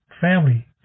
family